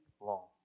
long